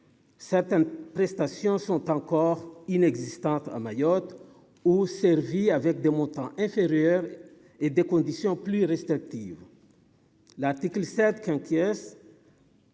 certaines prestations sont encore inexistantes à Mayotte ou servi avec des montants inférieurs et des conditions plus restrictives, l'article sept qu'un